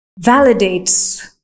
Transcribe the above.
validates